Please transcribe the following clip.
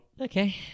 okay